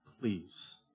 please